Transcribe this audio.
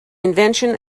invention